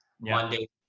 monday